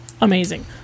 amazing